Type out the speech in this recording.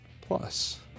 Plus